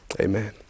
Amen